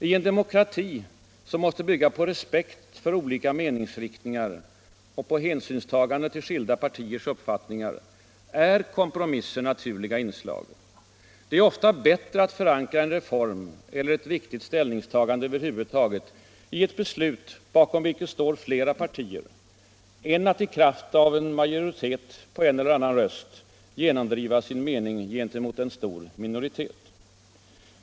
I en demokrati, som måste bygga på respekt för olika meningsriktningar och på hänsynstagande till skilda partiers uppfattningar, är kompromisser naturliga inslag. Det är ofta bättre att förankra en reform eller ett viktigt ställningstagande över huvud taget i ett beslut, bakom vilket står flera partier, än att i kraft av en majoritet på en eller annan röst genomdriva sin mening gentemot en stor minoritet.